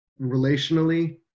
relationally